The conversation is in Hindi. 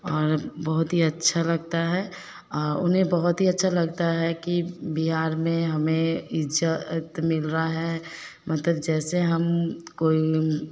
और बहुत ही अच्छा लगता है और उन्हें बहुत ही अच्छा लगता है कि बिहार में हमें इज़्ज़त मिल रही है मतलब जैसे हम कोई